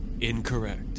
incorrect